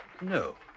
No